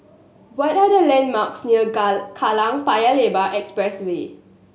what are the landmarks near Kallang Paya Lebar Expressway